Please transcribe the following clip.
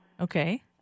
Okay